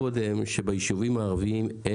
תמרורים ביישובים הערביים,